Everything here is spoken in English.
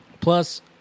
Plus